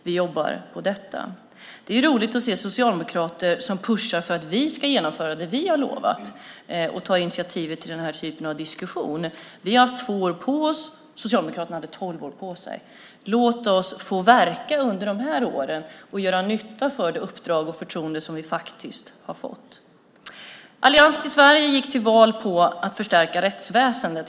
Vi jobbar på detta. Det är roligt att se socialdemokrater som pushar för att vi ska genomföra det vi har lovat och tar initiativet till denna typ av diskussion. Vi har haft två år på oss; Socialdemokraterna hade tolv år på sig. Låt oss få verka under dessa år och göra nytta med det uppdrag och förtroende vi har fått. Allians för Sverige gick till val på att förstärka rättsväsendet.